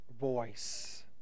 voice